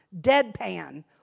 deadpan